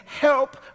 help